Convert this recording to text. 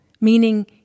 meaning